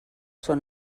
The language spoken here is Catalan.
són